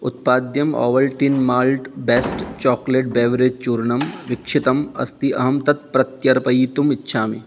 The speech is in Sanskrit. उत्पाद्यम् Ovaltine malt based chocolate beverage चूर्णं विक्षतम् अस्ति अहं तत् प्रत्यर्पयितुम् इच्छामि